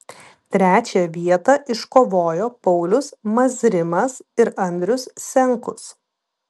trečią vietą iškovojo paulius mazrimas ir andrius senkus